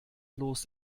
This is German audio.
los